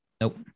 Nope